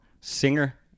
singer